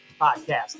podcast